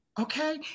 okay